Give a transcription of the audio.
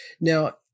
Now